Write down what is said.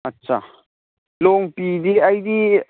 ꯑꯠꯆꯥ ꯂꯣꯡꯄꯤꯗꯤ ꯑꯩꯗꯤ